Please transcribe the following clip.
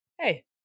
hey